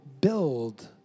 build